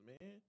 man